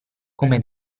come